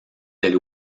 del